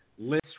Lists